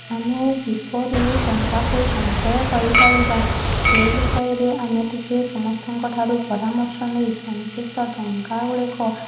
ଆମେ କିପରି ଟଙ୍କାକୁ ସଞ୍ଚୟ କରିପାରିବା ସେଇ ବିଷୟରେ ଆମେ ଟିକେ ସମସ୍ତଙ୍କ ଠାରୁ ପରାମର୍ଶ ନେଇ ସଞ୍ଚିତ ଟଙ୍କାଗୁଡ଼ିକ